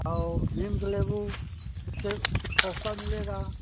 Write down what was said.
और नीम क लेबू से ऊ सस्ता मिलेगा